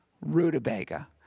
rutabaga